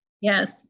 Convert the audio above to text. Yes